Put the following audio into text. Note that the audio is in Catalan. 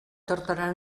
tórtora